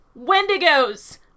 Wendigos